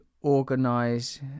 organize